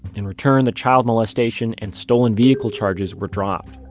in return, the child molestation and stolen vehicle charges were dropped